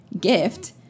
gift